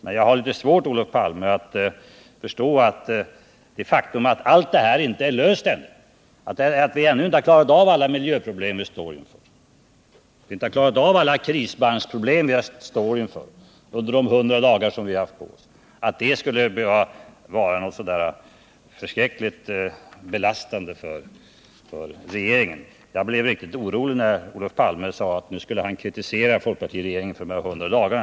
Men jag har litet svårt, Olof Palme, att förstå att det faktum att allt detta inte är löst ännu — att vi inte klarat av alla miljöproblem och krisbranschproblem som vi står inför under de 100 dagar som vi haft på oss — skulle behöva vara något så förskräckligt belastande för regeringen. Jag blev riktigt orolig när Olof Palme sade att nu skulle han kritisera folkpartiregeringen för de här 100 dagarna.